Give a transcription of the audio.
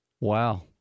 Wow